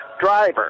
driver